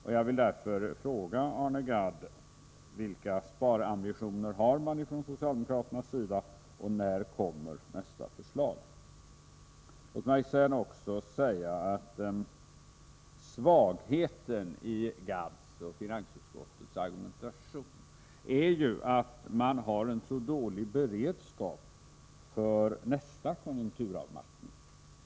Min fråga till Arne Gadd lyder: Vilka sparambitioner har man från socialdemokraternas sida, och när kommer nästa förslag? Låt mig sedan också säga att svagheten i Arne Gadds och finansutskottets argumentation är att man har en så dålig beredskap för nästa konjunkturavmattning.